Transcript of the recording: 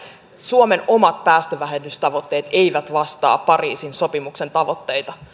suomen omat päästövähennystavoitteet eivät vastaa pariisin sopimuksen tavoitteita